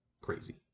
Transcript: crazy